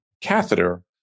catheter